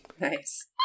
Nice